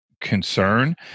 concern